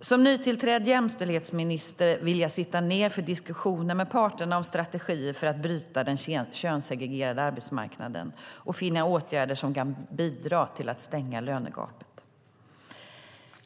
Som nytillträdd jämställdhetsminister vill jag sitta ned för diskussioner med parterna om strategier för att bryta den könssegregerade arbetsmarknaden och finna åtgärder som kan bidra till att stänga lönegapet.